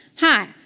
Hi